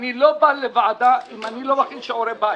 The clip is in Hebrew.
אני לא בא לוועדה אם אני לא מכין שיעורי-בית